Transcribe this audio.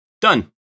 done